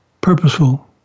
purposeful